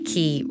Key